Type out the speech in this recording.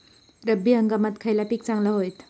रब्बी हंगामाक खयला पीक चांगला होईत?